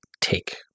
take